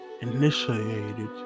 initiated